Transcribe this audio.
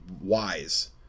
wise